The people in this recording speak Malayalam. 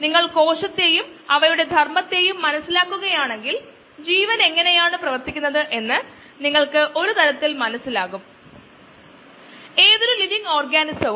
മറ്റ് മോഡുകളുമായി താരതമ്യപ്പെടുത്തുമ്പോൾ ഇത് പ്രവർത്തിക്കുന്നത് എളുപ്പമാണ് മാത്രമല്ല ഇത് വ്യവസായത്തിൽ മുൻഗണന നൽകാനുള്ള ഒരു കാരണമാണ് ബാച്ച് പ്രവർത്തന രീതി